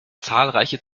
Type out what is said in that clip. zahlreiche